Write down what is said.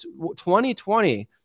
2020